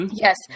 Yes